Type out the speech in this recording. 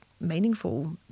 meaningful